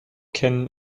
kennen